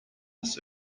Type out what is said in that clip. this